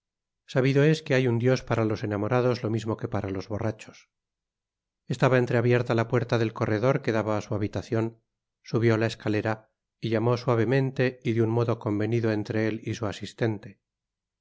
sabido es que hay un dios para los enamorados lo mismo que para los borrachos estaba entreabierta la puerta del corredor que daba á su habitacion subió la escalera y llamó suavemente y de un modo convenido entre él y su asistente